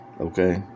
okay